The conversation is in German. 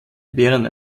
während